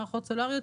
מערכות סולאריות,